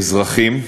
אזרחים.